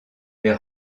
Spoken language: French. des